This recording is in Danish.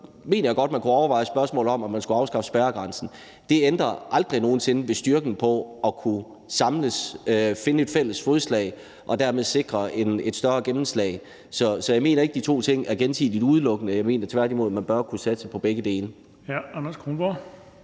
mener jeg godt, at man kunne overveje spørgsmålet om, om man skulle afskaffe spærregrænsen. Det ændrer aldrig nogen sinde ved styrken ved at kunne samles, finde et fælles fodslag og dermed sikre større gennemslag. Jeg mener ikke, at de to ting er gensidigt udelukkende. Jeg mener tværtimod, at man bør kunne satse på begge dele. Kl. 17:46 Den fg.